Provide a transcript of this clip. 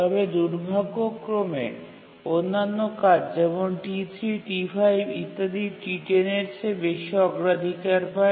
তবে দুর্ভাগ্যক্রমে অন্যান্য কাজ যেমন T3 T5 ইত্যাদি T10 এর চেয়ে বেশি অগ্রাধিকার পায়